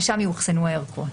ושם יאוחסנו הערכות".